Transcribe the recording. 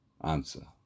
Answer